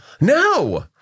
No